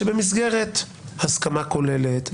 שבמסגרת הסכמה כוללת,